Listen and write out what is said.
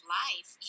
life